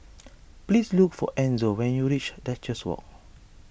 please look for Enzo when you reach Duchess Walk